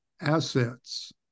assets